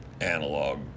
analog